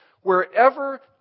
wherever